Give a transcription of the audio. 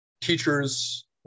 teachers